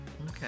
Okay